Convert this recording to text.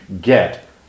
get